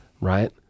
right